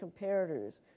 comparators